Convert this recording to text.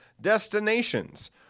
destinations